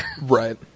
Right